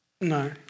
No